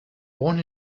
born